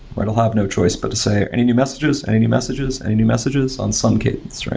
i'll have no choice but to say, any new messages? any new messages? any new messages? on some cadence,